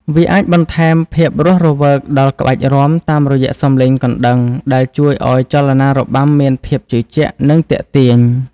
វាអាចបន្ថែមភាពរស់រវើកដល់ក្បាច់រាំ តាមរយៈសំឡេងកណ្តឹង ដែលជួយឲ្យចលនារបាំមានភាពជឿជាក់ និងទាក់ទាញ។